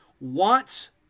wants